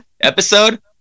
episode